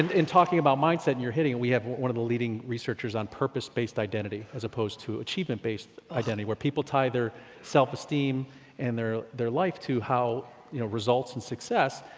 and in talking about mindset you're hitting, we have one of the leading researchers on purposed based identity as opposed to achievement based identity where people tie their self-esteem and their their life to how you know results and success,